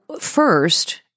first